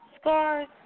scars